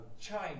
China